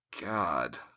god